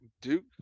Duke